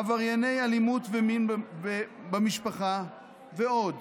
עברייני אלימות ומין במשפחה ועוד.